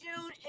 june